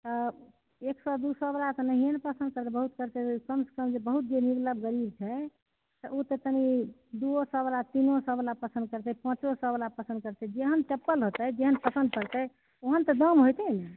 तऽ एक सए दू सए बला तऽ नहिए ने पसंद करतै बहुत करतै तऽ कमसँ कम बहुत जे मतलब गरीब छै ओ तऽ कनी दुओ सए बला तीनो सए बला पसंद करतै पाँचो सए बला पसंद करतै जेहन चप्पल होयतै जेहन पसंद पड़तै ओहन तऽ दाम होयतै ने